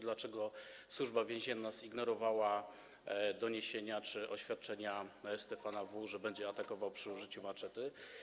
Dlaczego Służba Więzienna zignorowała doniesienia czy oświadczenia Stefana W., że będzie atakował przy użyciu maczety?